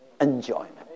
enjoyment